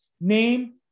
name